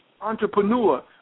entrepreneur